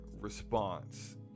response